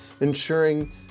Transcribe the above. ensuring